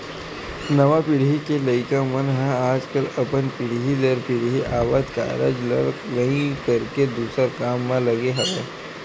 नवा पीढ़ी के लइका मन ह आजकल अपन पीढ़ी दर पीढ़ी आवत कारज ल नइ करके दूसर काम म लगे हवय